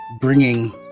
bringing